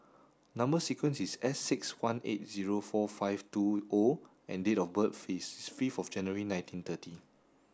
number sequence is S six one eight zero four five two O and date of birth is fifth of January nineteen thirty